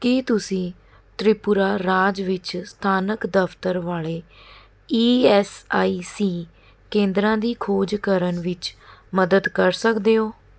ਕੀ ਤੁਸੀਂ ਤ੍ਰਿਪੁਰਾ ਰਾਜ ਵਿੱਚ ਸਥਾਨਕ ਦਫਤਰ ਵਾਲੇ ਈ ਐਸ ਆਈ ਸੀ ਕੇਂਦਰਾਂ ਦੀ ਖੋਜ ਕਰਨ ਵਿੱਚ ਮਦਦ ਕਰ ਸਕਦੇ ਹੋ